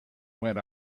went